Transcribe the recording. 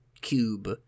cube